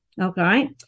Okay